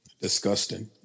disgusting